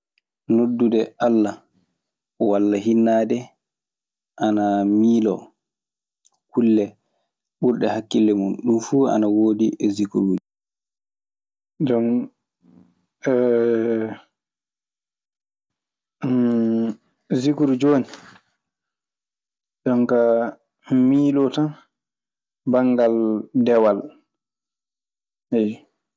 Noddude Alla walla hinnaade ana miiloo kulle ɓurɗe hakkille mun. Ɗun fuu ana wodi e sikruuji. Sikru jooni jon kaa miiloo tan banngal dewal. Eyyo.